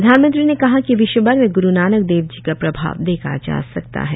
प्रधानमंत्री ने कहा कि विश्वभर में ग्रु नानकदेव जी का प्रभाव देखा जा सकता है